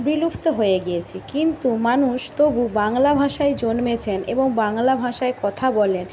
বিলুপ্ত হয়ে গিয়েছে কিন্তু মানুষ তবু বাংলা ভাষায় জন্মেছেন এবং বাংলা ভাষায় কথা বলেন